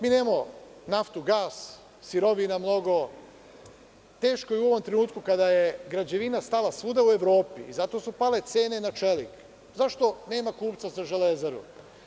Mi nemamo naftu, gas, sirovine, teško je u ovom trenutku kada je građevina stala svuda u Evropi i zato su pale cene na čelik, zašto nema kupca za „Železaru“